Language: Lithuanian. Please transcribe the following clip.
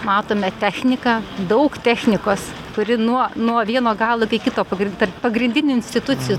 matome techniką daug technikos kuri nuo nuo vieno galo kai kito pagri tarp pagrindinių institucijų